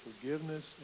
forgiveness